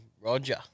Roger